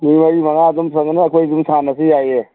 ꯃꯤ ꯃꯔꯤ ꯃꯉꯥ ꯑꯗꯨꯝ ꯐꯖꯅ ꯑꯩꯈꯣꯏ ꯑꯗꯨꯝ ꯁꯥꯟꯅꯔꯁꯨ ꯌꯥꯏꯌꯦ